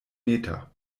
meter